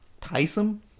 Tyson